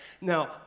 Now